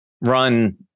run